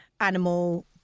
animal